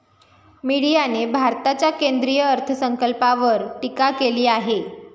मीडियाने भारताच्या केंद्रीय अर्थसंकल्पावर टीका केली आहे